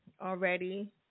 already